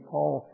Paul